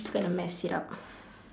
just gonna mess it up